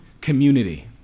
community